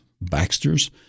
Baxter's